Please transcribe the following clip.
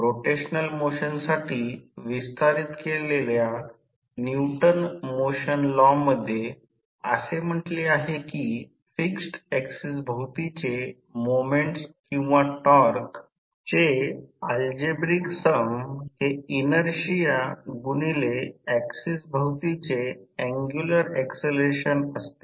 rotational मोशनसाठी विस्तारित केलेल्या न्यूटन मोशन लॉ मध्ये असे म्हटले आहे की फिक्स्ड ऍक्सिस भवतीचे मोमेंट्स किंवा टॉर्क चे अल्जेब्रिक सम हे इनर्शिया गुणिले ऍक्सिस भवतीचे अँग्युलर ऍक्सलरेशन असते